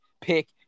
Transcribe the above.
pick